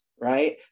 right